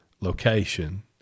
location